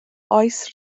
oes